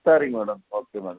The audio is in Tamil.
சரி மேடம் ஓகே மேடம்